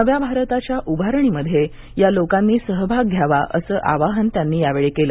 नव्या भारताच्या उभारणीमध्ये या लोकांनी सहभाग घ्यावा असं आवाहन त्यांनी यावेळी केलं